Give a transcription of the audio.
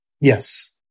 Yes